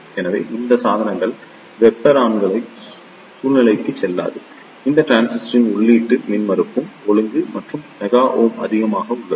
எனவே இந்த சாதனங்கள் வெப்ப ரன்வே சூழ்நிலைக்குச் செல்லாது இந்த டிரான்சிஸ்டர்களின் உள்ளீட்டு மின்மறுப்பும் ஒழுங்கு அல்லது மெகா ஓம் அதிகமாக உள்ளது